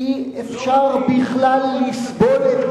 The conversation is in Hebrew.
חבר הכנסת אלדד,